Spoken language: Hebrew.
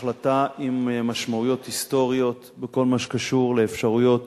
החלטה עם משמעויות היסטוריות בכל מה שקשור לאפשרויות